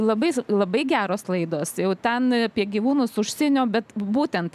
labai labai geros laidos jau ten apie gyvūnus užsienio bet būtent